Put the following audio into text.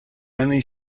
only